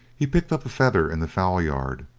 he picked up a feather in the fowl-yard,